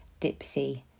Dipsy